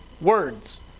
Words